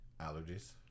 allergies